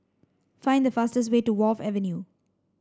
find the fastest way to Wharf Avenue